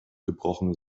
gebrochen